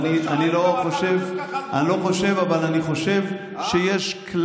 לא, אני לא חושב --- גם אתה חושב ככה על גרוניס?